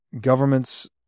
governments